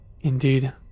Indeed